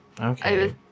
okay